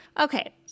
Okay